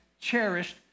cherished